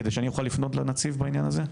כדי שאני אוכל לפנות לנציב בעניין הזה?